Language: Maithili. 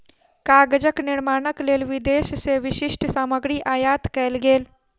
कागजक निर्माणक लेल विदेश से विशिष्ठ सामग्री आयात कएल गेल